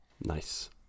Nice